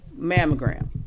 mammogram